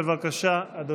בבקשה, אדוני.